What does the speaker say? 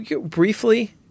Briefly